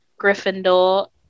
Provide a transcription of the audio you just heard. Gryffindor